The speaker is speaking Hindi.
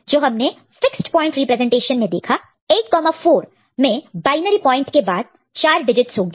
जो हमने फिक्स्ड प्वाइंट रिप्रेजेंटेशन में देखा 84 में बायनरी पॉइंट के बाद 4 डिजिटस होंगे